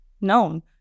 known